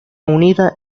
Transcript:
unida